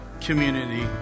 community